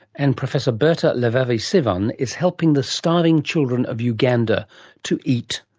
and professor berta levavi-sivan is helping the starving children of uganda to eat.